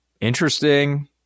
Interesting